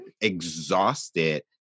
exhausted